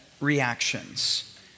reactions